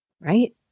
right